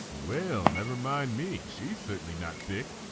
well nevermind me, she's certainly not thick.